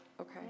okay